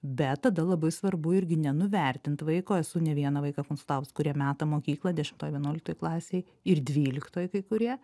bet tada labai svarbu irgi nenuvertint vaiko esu ne vieną vaiką konsultavus kurie meta mokyklą dešimtoj vienuoliktoj klasėj ir dvyliktoj kai kurie